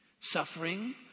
Suffering